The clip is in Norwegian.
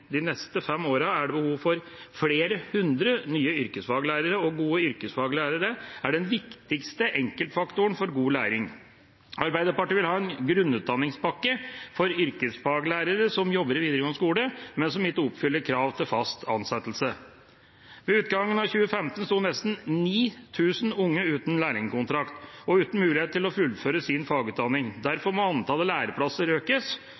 De neste fem årene er det behov for flere hundre nye yrkesfaglærere, og gode yrkesfaglærere er den viktigste enkeltfaktoren for god læring. Arbeiderpartiet vil ha en grunnutdanningspakke for yrkesfaglærere som jobber i videregående skole, men som ikke oppfyller kravene til fast ansettelse. Ved utgangen av 2015 sto nesten 9 000 unge uten lærlingkontrakt og uten mulighet til å fullføre sin fagutdanning. Derfor må antallet læreplasser økes.